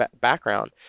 background